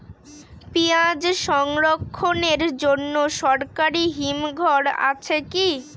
পিয়াজ সংরক্ষণের জন্য সরকারি হিমঘর আছে কি?